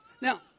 Now